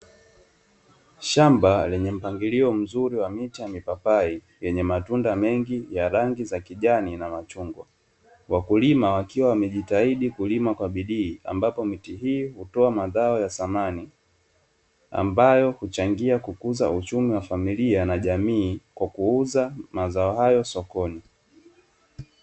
Shamba lenye mpangilio mzuri wa miti ya mipapai yenye matunda mengi ya rangi za kijani na machungwa, wakulima wakiwa wamejitaidi kulima kwa bidii ambapo miti hii hutoa mazao ya thamani, ambayo huchangia kukuza uchumi wa familia na jamii kwa kuuza mazao hayo sokoni.